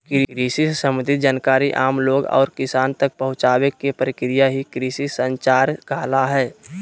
कृषि से सम्बंधित जानकारी आम लोग और किसान तक पहुंचावे के प्रक्रिया ही कृषि संचार कहला हय